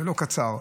ולא קצר,